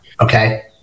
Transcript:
okay